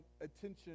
attention